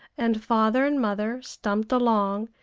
and father and mother stumped along,